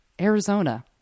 arizona